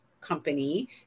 Company